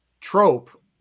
trope